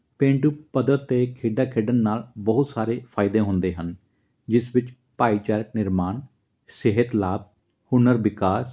ਪੇਂਡੂ ਪੱਧਰ 'ਤੇ ਖੇਡਾਂ ਖੇਡਣ ਨਾਲ ਬਹੁਤ ਸਾਰੇ ਫਾਇਦੇ ਹੁੰਦੇ ਹਨ ਜਿਸ ਵਿੱਚ ਭਾਈਚਾਰਕ ਨਿਰਮਾਣ ਸਿਹਤ ਲਾਭ ਹੁਨਰ ਵਿਕਾਸ